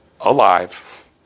alive